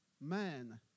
man